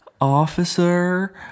officer